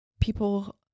people